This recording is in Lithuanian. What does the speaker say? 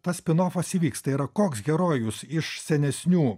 tas spinofas įvyks tai yra koks herojus iš senesnių